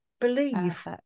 believe